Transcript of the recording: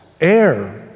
air